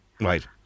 Right